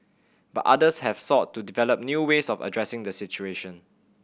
but others have sought to develop new ways of addressing the situation